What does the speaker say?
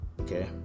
okay